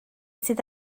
sydd